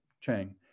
Chang